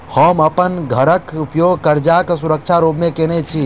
हम अप्पन घरक उपयोग करजाक सुरक्षा रूप मेँ केने छी